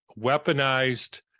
weaponized